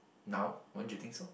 now won't you think so